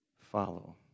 Follow